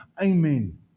Amen